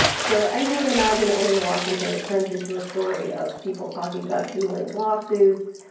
so, as you would imagine, only in washington, it turns into a story of people talking about dueling lawsuits,